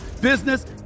business